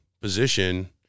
position